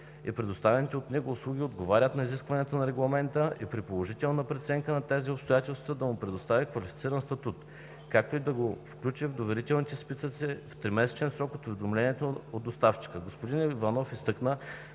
и предоставяните от него услуги отговарят на изискванията на Регламента, и при положителна преценка на тези обстоятелства да му предостави квалифициран статут, както и да го включи в доверителните списъци в тримесечен срок от уведомяването от доставчика. Господин Иванов изтъкна,